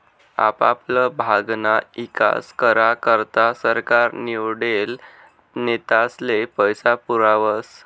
आपापला भागना ईकास करा करता सरकार निवडेल नेतास्ले पैसा पुरावस